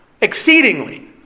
exceedingly